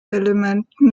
elementen